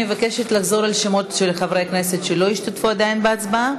אני מבקשת לחזור על שמות חברי הכנסת שלא השתתפו בהצבעה.